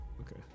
okay